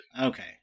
Okay